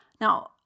Now